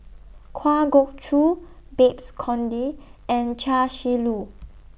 Kwa Geok Choo Babes Conde and Chia Shi Lu